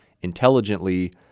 intelligently